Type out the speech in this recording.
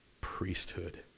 priesthood